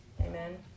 Amen